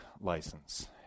license